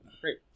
Great